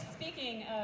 speaking